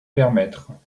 permettre